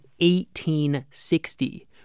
1860